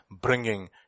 bringing